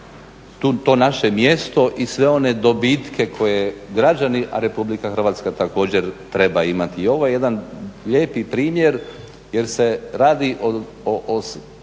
to naše mjesto i sve one dobitke koje građani, a RH također treba imati. I ovo je jedan lijepi primjer jer se radi o